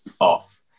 off